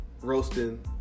roasting